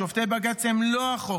שופטי בג"ץ הם לא החוק,